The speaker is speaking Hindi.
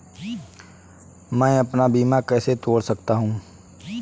मैं अपना बीमा कैसे तोड़ सकता हूँ?